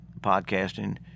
podcasting